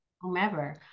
whomever